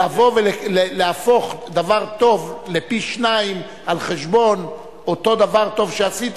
לבוא ולהפוך דבר טוב לפי-שניים על חשבון אותו דבר טוב שעשית,